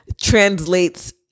translates